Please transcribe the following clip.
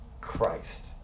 Christ